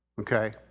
Okay